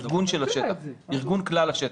ארגון כלל השטח.